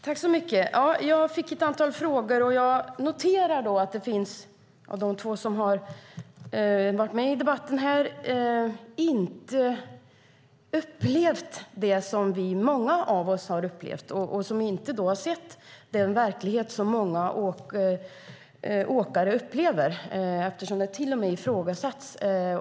Fru talman! Jag fick ett antal frågor, och jag noterar att de två som har varit med i denna debatt inte har upplevt det som många av oss har upplevt. De har inte sett den verklighet som många åkare upplever. Den har till och med ifrågasatts.